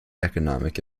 economic